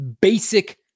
basic